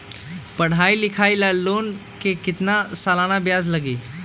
पढाई लिखाई ला लोन के कितना सालाना ब्याज लगी?